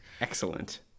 excellent